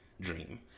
dream